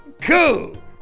Cool